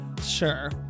sure